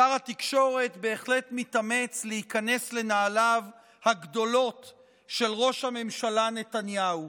שר התקשורת בהחלט מתאמץ להיכנס לנעליו הגדולות של ראש הממשלה נתניהו.